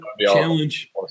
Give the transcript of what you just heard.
Challenge